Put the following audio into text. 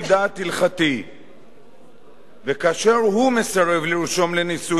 וכאשר הוא מסרב לרשום לנישואים על בסיס גישה הלכתית